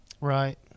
right